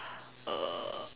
uh